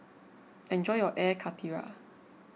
enjoy your Air Karthira